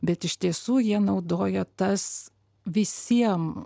bet iš tiesų jie naudojo tas visiem